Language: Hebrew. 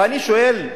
ואני שואל,